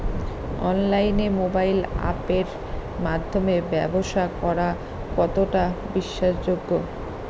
অনলাইনে মোবাইল আপের মাধ্যমে ব্যাবসা করা কতটা বিশ্বাসযোগ্য?